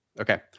Okay